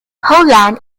holland